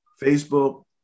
Facebook